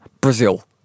Brazil